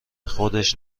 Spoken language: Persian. خودش